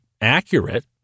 accurate